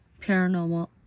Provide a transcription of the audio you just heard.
paranormal